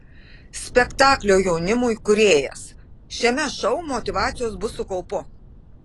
spektaklio jaunimui kūrėjas šiame šou motyvacijos bus su kaupu